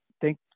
thank